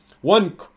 one